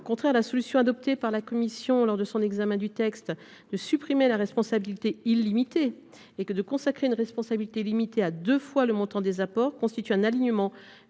Au contraire, la solution, adoptée par la commission lors de l’examen du texte, de supprimer la responsabilité illimitée et de consacrer une responsabilité limitée à deux fois le montant de l’apport constitue un alignement